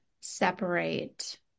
separate